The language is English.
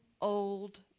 old